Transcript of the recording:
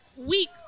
week